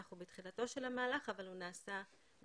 אנחנו בתחילתו של המהלך אבל הוא נעשה בשיתוף